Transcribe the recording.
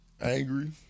Angry